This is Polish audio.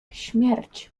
śmierć